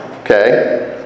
Okay